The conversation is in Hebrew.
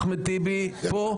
אחמד טיבי פה,